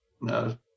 No